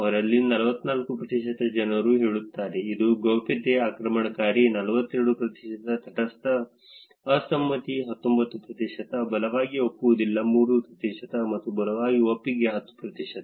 ಅವರಲ್ಲಿ 44 ಪ್ರತಿಶತ ಜನರು ಹೇಳುತ್ತಾರೆ ಇದು ಗೌಪ್ಯತೆ ಆಕ್ರಮಣಕಾರಿ 42 ಪ್ರತಿಶತ ತಟಸ್ಥ ಅಸಮ್ಮತಿ 19 ಪ್ರತಿಶತ ಬಲವಾಗಿ ಒಪ್ಪುವುದಿಲ್ಲ 3 ಪ್ರತಿಶತ ಮತ್ತು ಬಲವಾಗಿ ಒಪ್ಪಿಗೆ 10 ಪ್ರತಿಶತ